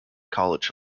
college